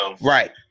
Right